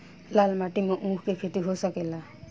लाल माटी मे ऊँख के खेती हो सकेला?